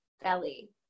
belly